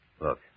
Look